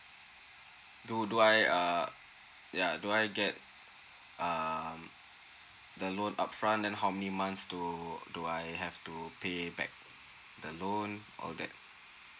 do do I uh ya do I get um the loan up front then how many months do do I have to pay back the loan all that